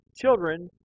Children